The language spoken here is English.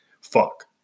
fuck